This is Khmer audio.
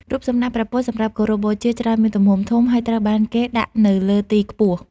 រូបសំណាក់ព្រះពុទ្ធសម្រាប់គោរពបូជាច្រើនមានទំហំធំ ហើយត្រូវបានគេដាក់នៅលើទីខ្ពស់។